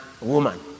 woman